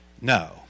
no